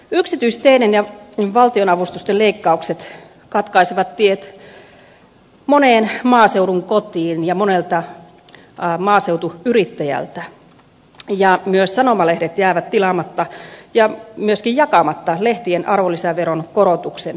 yksityisteiden ja valtionavustusten leikkaukset katkaisevat tiet moneen maaseudun kotiin ja monelta maaseutuyrittäjältä ja myös sanomalehdet jäävät tilaamatta ja myöskin jakamatta lehtien arvonlisäveron korotuksen myötä